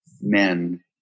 men